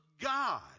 God